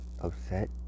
upset